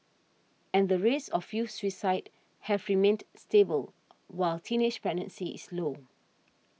and the rates of youth suicide have remained stable while teenage pregnancy is low